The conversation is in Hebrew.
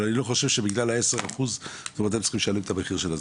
אבל אני לא חושב שבגלל ה-10% הם צריכים לשלם את המחיר.